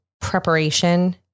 preparation